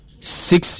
six